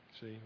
See